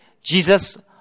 Jesus